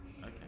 Okay